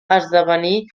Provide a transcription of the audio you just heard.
esdevenir